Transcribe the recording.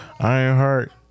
Ironheart